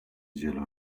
جلو